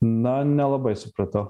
na nelabai supratau